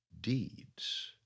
deeds